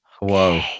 Whoa